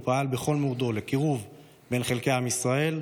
ופעל בכל מאודו לקירוב בין חלקי עם ישראל,